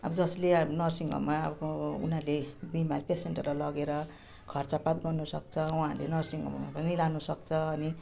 अब जसले नर्सिङ होममा अब उनीहरूले बिमार पेसेन्टहरूलाई लगेर खर्चपात गर्नुसक्छ उहाँहरूले नर्सिङ होममा पनि लानसक्छ अनि